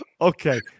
Okay